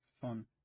fun